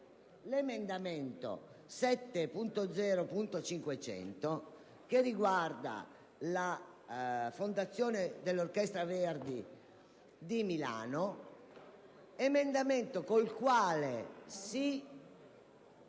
l'emendamento 7.0.500, che riguarda la Fondazione dell'orchestra Verdi di Milano. Con questo emendamento